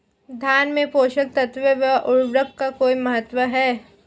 धान में पोषक तत्वों व उर्वरक का कोई महत्व है?